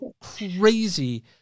crazy